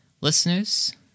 listeners